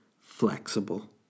flexible